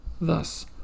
Thus